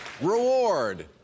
Reward